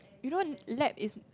you know lab is